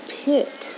pit